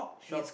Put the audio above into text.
shop